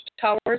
towers